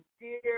dear